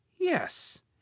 Yes